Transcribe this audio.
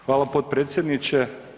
Hvala potpredsjedniče.